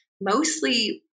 mostly